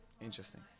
Interesting